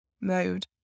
mode